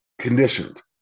conditioned